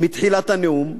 מתחילת הנאום,